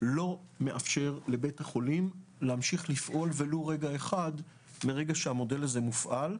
לא מאפשר לבית החולים להמשיך לפעול ולו רגע אחד מרגע שהמודל הזה מופעל.